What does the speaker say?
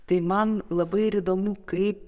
tai man labai ir įdomu kaip